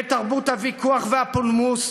בתרבות הוויכוח והפולמוס,